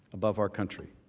above our country.